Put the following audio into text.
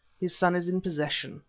his son is in possession,